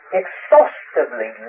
exhaustively